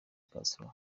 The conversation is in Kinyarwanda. castro